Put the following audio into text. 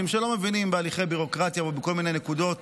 שלא מבינים בהליכי ביורוקרטיה ובכל מיני נקודות